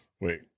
Wait